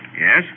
Yes